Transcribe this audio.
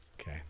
Okay